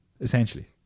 essentially